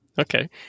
Okay